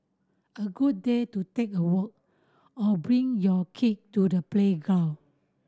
a good day to take a walk or bring your kid to the playground